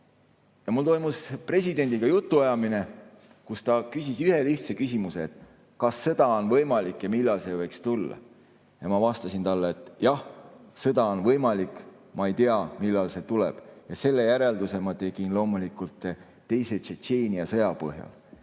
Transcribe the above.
Mul toimus presidendiga jutuajamine, kus ta küsis ühe lihtsa küsimuse: kas sõda on võimalik ja millal see võiks tulla? Ma vastasin talle, et jah, sõda on võimalik, ma ei tea, millal see tuleb. Selle järelduse ma tegin loomulikult teise Tšetšeenia sõja põhjal.